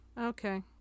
Okay